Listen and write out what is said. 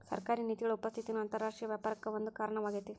ಸರ್ಕಾರಿ ನೇತಿಗಳ ಉಪಸ್ಥಿತಿನೂ ಅಂತರರಾಷ್ಟ್ರೇಯ ವ್ಯಾಪಾರಕ್ಕ ಒಂದ ಕಾರಣವಾಗೇತಿ